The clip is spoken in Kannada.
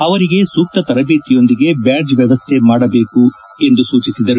ಅವರಿಗೆ ಸೂಕ್ತ ತರಬೇತಿಯೊಂದಿಗೆ ಬ್ಯಾಡ್ಜ್ ವ್ಯವಸ್ಥೆ ಮಾಡಬೇಕು ಎಂದು ಸೂಚಿಸಿದರು